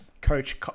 coach